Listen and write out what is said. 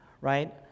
right